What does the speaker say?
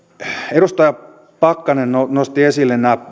edustaja pakkanen nosti esille nämä